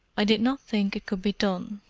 i did not think it could be done,